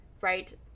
right